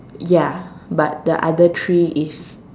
ya but the other three is